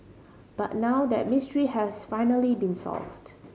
but now that mystery has finally been solved